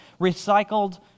recycled